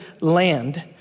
land